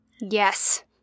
Yes